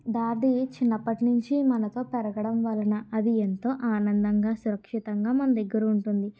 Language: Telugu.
అది చిన్నప్పటినుంచి మనతో పెరగడం వలన అది ఎంతో ఆనందంగా సురక్షితంగా మన దగ్గర ఉంటుంది